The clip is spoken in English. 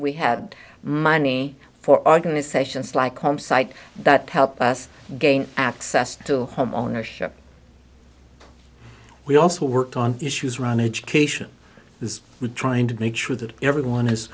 we had money for organizations like com site that help us gain access to homeownership we also worked on issues around education is trying to make sure that everyone is